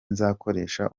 nzakoresha